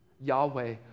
Yahweh